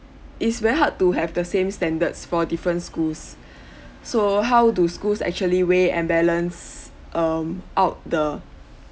it's very hard to have the same standards for different schools so how do schools actually way and balance um out the